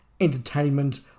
entertainment